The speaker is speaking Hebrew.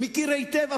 אני מכיר היטב,